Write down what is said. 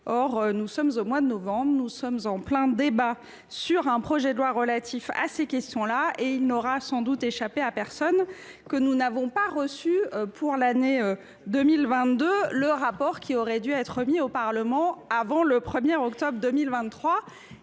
Or nous sommes au mois de novembre, nous sommes au cœur d’un débat sur un projet de loi relatif à ces questions, et il n’aura échappé à personne que nous n’avons pas reçu, pour l’année 2022, le rapport qui aurait dû être remis au Parlement avant le 1 octobre 2023.